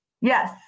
Yes